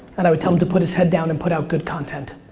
and i would tell him to put his head down and put out good content.